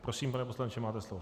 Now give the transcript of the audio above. Prosím, pane poslanče, máte slovo.